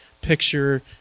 picture